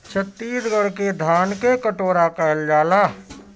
छतीसगढ़ के धान के कटोरा कहल जाला